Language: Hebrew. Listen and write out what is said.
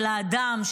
של האדם,